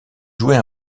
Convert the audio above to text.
jouer